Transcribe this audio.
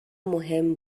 مهم